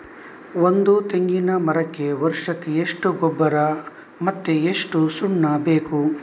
ಒಂದು ತೆಂಗಿನ ಮರಕ್ಕೆ ವರ್ಷಕ್ಕೆ ಎಷ್ಟು ಗೊಬ್ಬರ ಮತ್ತೆ ಎಷ್ಟು ಸುಣ್ಣ ಬೇಕು?